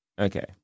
Okay